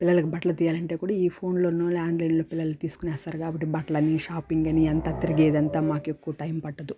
పిల్లలకి బట్టలు తీయాలంటే కూడా ఈ ఫోన్లోనో ఆన్లైన్లో పిల్లలు తీసుకునేస్తారు కాబట్టి బట్టలని షాపింగ్ అని అంతా తిరిగేదంత మాకి ఎక్కువ టైమ్ పట్టదు